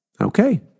Okay